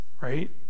right